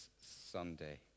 Sunday